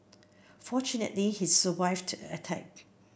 fortunately he survived the attack